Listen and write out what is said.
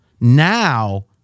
Now